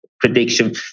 prediction